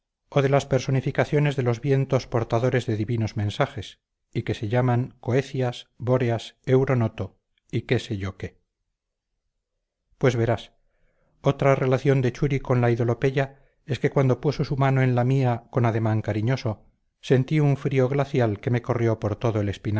a las personas